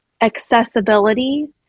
accessibility